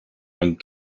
and